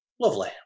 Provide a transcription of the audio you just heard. Lovely